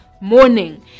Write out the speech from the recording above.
morning